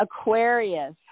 Aquarius